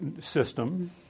system